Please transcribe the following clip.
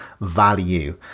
value